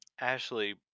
Ashley